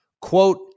quote